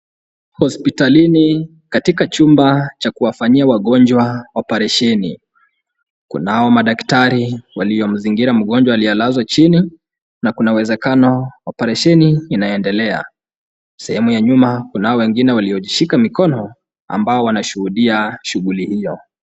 Hospitalini katika chumba cha kuwafanyia wagonjwa operesheni kunao madaktari waliomzingira mgonjwa aliyelazwa chini na kuna uwezekano operesheni inaendelea. Sehemu ya nyuma kunao wengine waliojishika mikono ambao wanashuhudia shughuli hiyo.